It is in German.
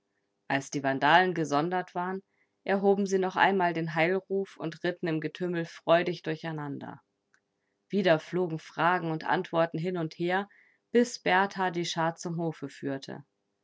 als die vandalen gesondert waren erhoben sie noch einmal den heilruf und ritten im getümmel freudig durcheinander wieder flogen fragen und antworten hin und her bis berthar die schar zum hofe führte